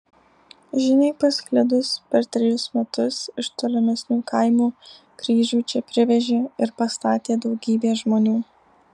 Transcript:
žiniai pasklidus per trejus metus iš tolimesnių kaimų kryžių čia privežė ir pastatė daugybė žmonių